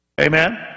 Amen